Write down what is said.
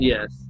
Yes